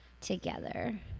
together